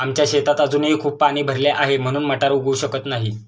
आमच्या शेतात अजूनही खूप पाणी भरले आहे, म्हणून मटार उगवू शकत नाही